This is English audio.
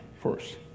first